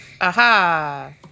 Aha